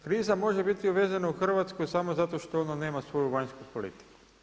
Kriza može biti uvezena u Hrvatsku samo zato što ona nema svoju vanjsku politiku.